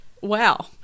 wow